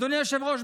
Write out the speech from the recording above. אדוני היושב-ראש,